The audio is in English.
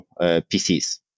PCs